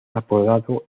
apodado